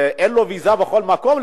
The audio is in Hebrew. שאין לו ויזה לכל מקום,